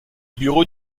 bureaux